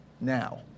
now